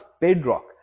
bedrock